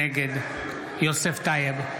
נגד יוסף טייב,